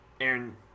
Aaron –